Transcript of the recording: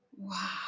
Wow